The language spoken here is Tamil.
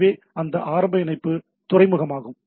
எனவே அந்த ஆரம்ப இணைப்பு துறைமுகமாகும்